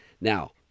Now